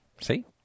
See